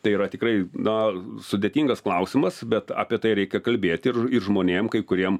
tai yra tikrai na sudėtingas klausimas bet apie tai reikia kalbėti ir ir žmonėm kai kuriem